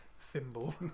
thimble